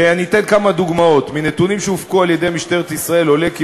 אני אתן כמה דוגמאות: מנתונים שהופקו על-ידי משטרת ישראל עולה כי